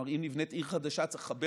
כלומר אם נבנית עיר חדשה צריך לחבר